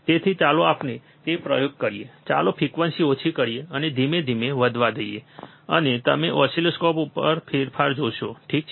તેથી ચાલો આપણે તે પ્રયોગ કરીએ ચાલો ફ્રિકવન્સી ઓછી કરીએ અને ધીમે ધીમે વધવા દઈએ અને તમે ઓસિલોસ્કોપ ઉપર ફેરફાર જોશો ઠીક છે